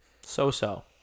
So-so